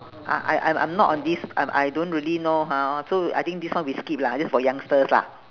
ah I I'm I'm not on this um I don't really know hor so I think this one we skip lah this is for youngsters lah